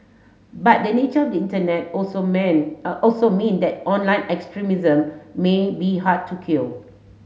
but the nature of the Internet also mean also mean that online extremism may be hard to kill